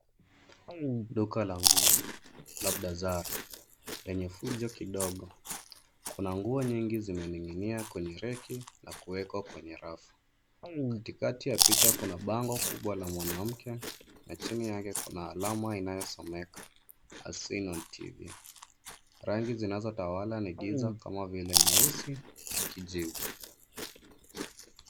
Duka la nguo labda zara, penye fujo kidogo. Kuna nguo nyingi zimening'inia kwenye reki na kuekwa kwenye rafu. Katikati ya picha kuna bango kubwa la mwanamke na chini yake kuna alama inayosomeka, as seen on TV . Rangi zinazotawala ni giza kama vile nyeusi na kijivu.